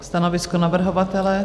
Stanovisko navrhovatele?